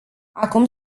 acum